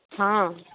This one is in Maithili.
हॅं